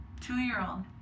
two-year-old